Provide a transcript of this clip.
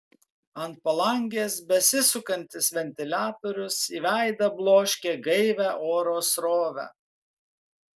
ant palangės besisukantis ventiliatorius į veidą bloškė gaivią oro srovę